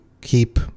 keep